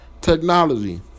technology